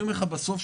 בסוף,